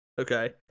Okay